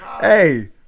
Hey